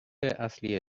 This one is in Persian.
اصلی